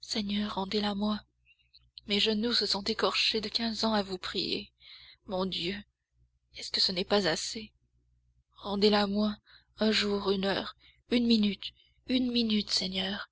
seigneur rendez la moi mes genoux se sont écorchés quinze ans à vous prier mon dieu est-ce que ce n'est pas assez rendez la moi un jour une heure une minute une minute seigneur